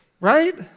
Right